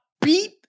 beat